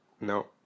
No